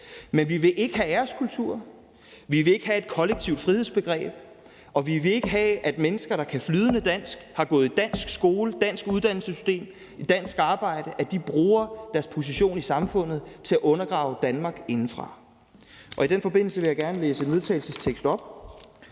men vi vil ikke have æreskultur, vi vil ikke have et kollektivt frihedsbegreb, og vi vil ikke have, at mennesker, der kan flydende dansk, har gået i dansk skole og været i det danske uddannelsessystem og har et dansk arbejde, bruger deres position i samfundet til at undergrave Danmark indefra. I den forbindelse vil jeg gerne på vegne af